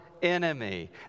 Enemy